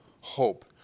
hope